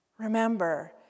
Remember